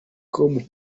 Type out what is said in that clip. com